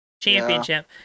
Championship